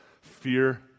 Fear